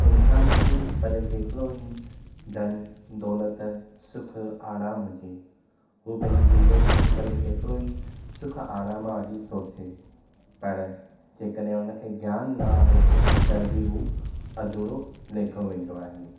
इंसानु खे भले केतिरो ई धनु दौलति सुख आरामु हुजे हू पंहिंजी ज़िंदगी खे भले केतिरो ई सुख आराम वारी सोचे पर जेकॾहिं हुन खे ज्ञान न आहे त बि हू अधूरो लेखियो वेंदो आहे